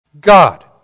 God